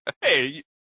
Hey